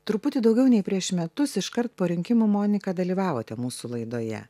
truputį daugiau nei prieš metus iškart po rinkimų monika dalyvavote mūsų laidoje